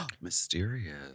Mysterious